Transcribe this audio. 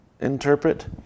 interpret